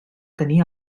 tenir